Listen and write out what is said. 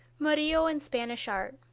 murillo and spanish art.